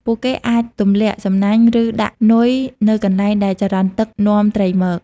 ពួកគេអាចទម្លាក់សំណាញ់ ឬដាក់នុយនៅកន្លែងដែលចរន្តទឹកនាំត្រីមក។